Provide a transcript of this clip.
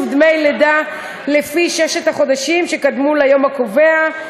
דמי לידה לפי ששת החודשים שקדמו ליום הקובע)